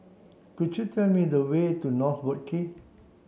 could you tell me the way to North Boat Quay